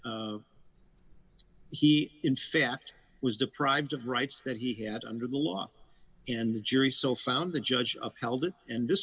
he in fact was deprived of rights that he had under the law and the jury so found the judge upheld it and